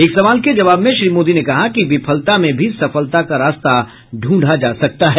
एक सवाल के जवाब में श्री मोदी ने कहा कि विफलता में भी सफलता का रास्ता ढूंढा जा सकता है